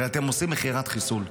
הרי אתם עושים מכירת חיסול.